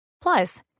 Plus